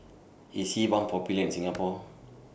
IS Sebamed Popular in Singapore